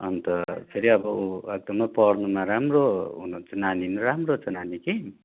अन्त फेरि अब एकदमै पढ्नुमा राम्रो हुनुहुन्छ नानी नि राम्रो छ नानी कि